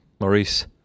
Maurice